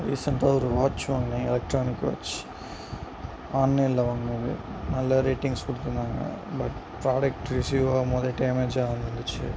ரீசண்ட்டா ஒரு வாட்ச் வாங்கினேன் electronic watch ஆன்லைனில் வாங்குனது நல்ல ரேட்டிங்ஸ் கொடுத்துருந்தாங்க பட் ப்ராடெக்ட் ரிசிவ் ஆகும்போதே டேமேஜாக வந்துருந்துச்சு